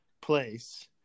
place